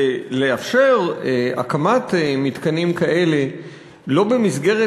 ולאפשר הקמת מתקנים כאלה שלא במסגרת